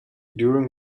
during